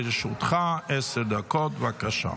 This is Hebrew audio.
לרשותך עשר דקות, בבקשה.